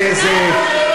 לא.